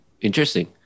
Interesting